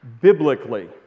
biblically